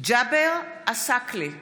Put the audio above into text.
מתחייב אני ג'אבר עסאקלה,